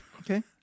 Okay